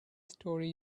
story